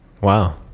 Wow